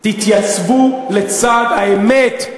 תתייצבו לצד האמת,